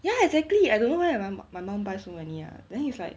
ya exactly I don't know where my mum my mum buy so many ah then it's like